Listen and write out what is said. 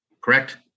Correct